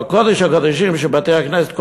בקודש הקודשים של בתי-הכנסת,